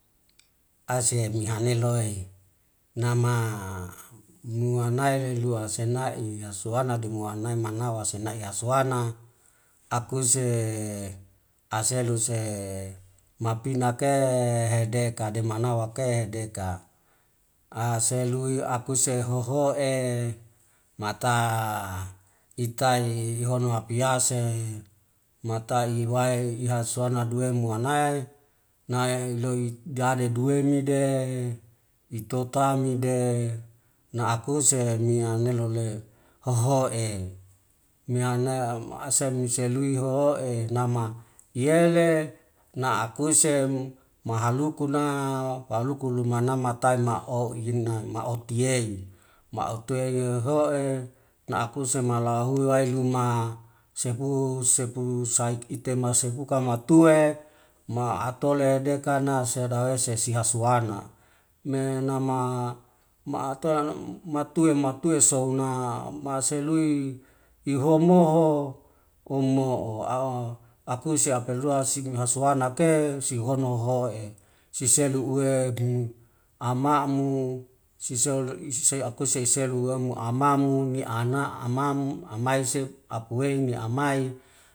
Ase mahebeloe, nama nuanaile lua senai hasuana dumuanai manawa senai hasuana akuse seluse mapineke hade kade manawake deka selui akuse hoho'e mata itai ono piase matai wai ihonu hasuana duwe muanai nai iloi dadi duwenide itotamide na akuse mianelole hoho'e, miane maase maseluai hoho'e nama iyele na kuse mahaluku na waluku nu lumanamatai ma ohine maotiyeiy, maotuey yoho'e naakuse malahuwai luma sepu sepu sai ite masepuka matu'e ma atole dekana sedawese sihasuana. Mee nama ma atolano matue matue souna maselui ihomoho omo'o akuse apelua si hasuna ke sihono ho'e, siselu uwe ama'a mu sisei akuse iselua mu amamu, ni ana amam amaise apiuei ni amai